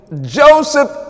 Joseph